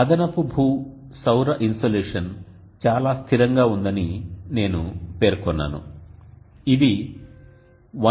అదనపు భూ సౌర ఇన్సోలేషన్ చాలా స్థిరంగా ఉందని నేను పేర్కొన్నాను ఇది 1